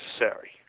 necessary